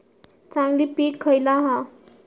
चांगली पीक खयला हा?